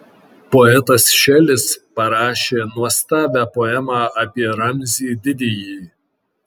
poetas šelis parašė nuostabią poemą apie ramzį didįjį